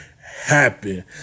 happen